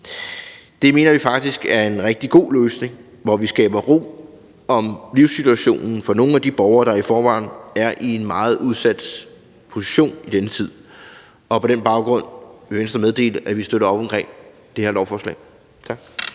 Det mener vi faktisk er en rigtig god løsning, hvor vi skaber ro om livssituationen for nogle af de borgere, der i forvejen er i en meget udsat position i denne tid. På den baggrund vil vi i Venstre meddele, at vi støtter op omkring det her lovforslag. Kl.